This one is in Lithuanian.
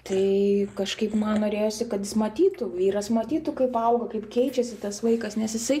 tai kažkaip man norėjosi kad jis matytų vyras matytų kaip auga kaip keičiasi tas vaikas nes jisai